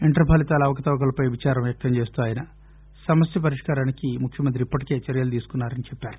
inter ఫలితాల అవకతవకలపై విదారం వ్యక్తం చేస్తూ ఆయన సమస్య పరిష్కారానికి ముఖ్యమంత్రి ఇప్పటికే చర్యలు తీసుకున్నారని చెప్పారు